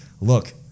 look